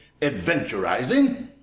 adventurizing